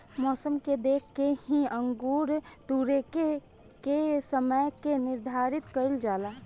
मौसम के देख के ही अंगूर तुरेके के समय के निर्धारित कईल जाला